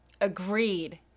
Agreed